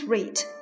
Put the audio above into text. Rate